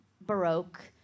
Baroque